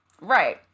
Right